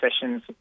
sessions